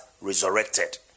resurrected